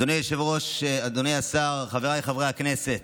אדוני היושב-ראש, אדוני השר, חבריי חברי הכנסת,